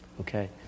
Okay